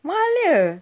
mahalnya